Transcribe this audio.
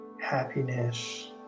happiness